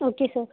okay sir